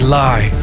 lie